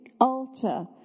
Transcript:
altar